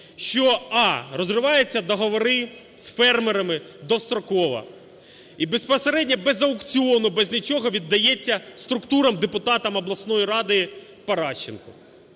а) розриваються договори з фермерами достроково і безпосередньо без аукціону, без нічого віддається структурам, депутатам обласної ради, Паращенку.